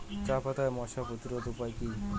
চাপাতায় মশা প্রতিরোধের উপায় কি?